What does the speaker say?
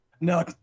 No